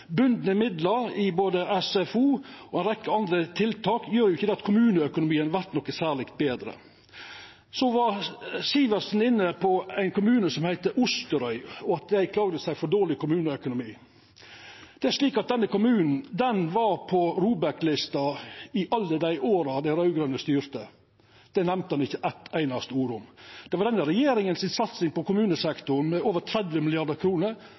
Bundne midlar i både SFO og ei rekkje andre tiltak gjer ikkje at kommuneøkonomien vert noko særleg betre. Så var Sivertsen inne på ein kommune som heiter Osterøy, og at dei klaga over dårleg kommuneøkonomi. Det er slik at denne kommunen var på ROBEK-lista i alle dei åra dei raud-grøne styrte. Det nemnde han ikkje med eitt einaste ord. Det var denne regjeringa si satsing på kommunesektoren, med over 30